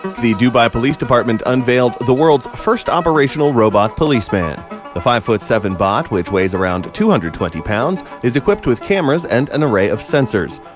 the dubai police department unveiled the world's first operational robot policeman. the five foot seven bot, which weighs around two hundred and twenty pounds, is equipped with cameras and an array of sensors.